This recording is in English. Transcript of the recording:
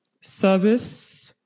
Service